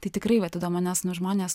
tai tikrai vat įdomu nes nu žmonės